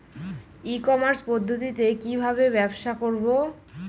ই commerce পদ্ধতিতে কি ভাবে ব্যবসা করব?